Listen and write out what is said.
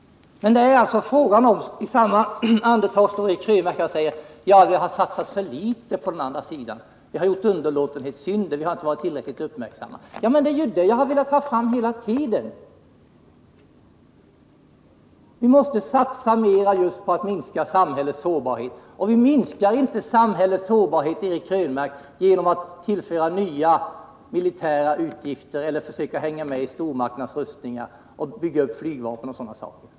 I samma andetag säger Eric Krönmark: Det har satsats för litet på den andra sidan, vi har begått underlåtenhetssynder, vi har inte varit tillräckligt uppmärksamma. Det är ju vad jag har sagt hela tiden! Vi måste satsa mer på att minska samhällets sårbarhet. Det gör vi inte genom att öka de militära utgifterna, försöka hänga med i stormakternas rustningar, bygga upp flygvapnet osv.